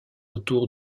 autour